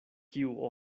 kiu